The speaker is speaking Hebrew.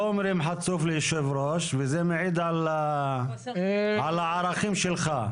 לא אומרים 'חצוף' ליו"ר וזה מעיד על הערכים שלך.